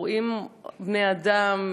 קורעים בני-אדם,